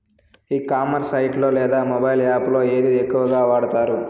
ఈ commerce site లో లేదా మొబైల్ యాప్ లో ఏది ఎక్కువగా వాడుతారు?